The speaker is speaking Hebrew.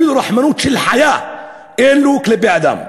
אפילו רחמנות של חיה אין לו כלפי אדם.